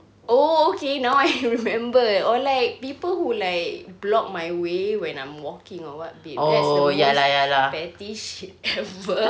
oh okay now I remember or like people who like block my way when I'm walking or what babe that's the most petty shit ever